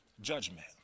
judgment